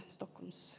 Stockholms